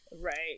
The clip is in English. right